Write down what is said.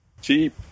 Cheap